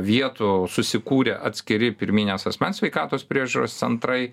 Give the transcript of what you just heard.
vietų susikūrė atskiri pirminės asmens sveikatos priežiūros centrai